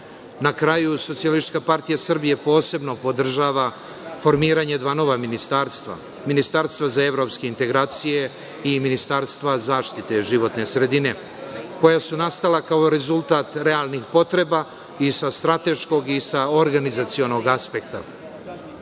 u ovoj oblasti. Na kraju, SPS posebno podržava formiranje dva nova ministarstva - ministarstva za evropske integracije i ministarstva zaštite životne sredine, koja su nastala kao rezultat realnih potreba i sa strateškog i sa organizacionog